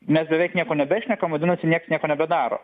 mes beveik nieko nebešnekam vadinasi nieks nebedaro